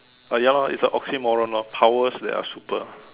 uh ya lor it's a oxymoron lor powers that are super